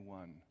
one